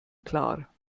klar